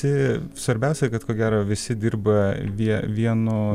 tai svarbiausia kad ko gero visi dirba vie vienu